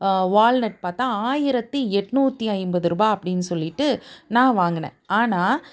walnut பார்த்தா ஆயிரத்தி எட்னூற்றி ஐம்பது ரூபா அப்படின்னு சொல்லிட்டு நான் வாங்கினேன் ஆனால்